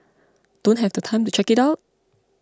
don't have the time to check it out